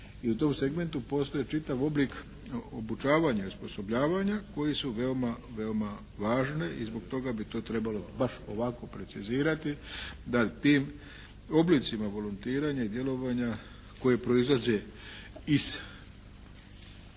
i u tom segmentu postoji čitav oblik obučavanja i osposobljavanja koji su veoma važni i zbog toga bi to trebalo baš ovako precizirati da tim oblicima volontiranja i djelovanja koji proizlaze iz biti